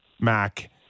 Mac